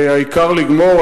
העיקר לגמור,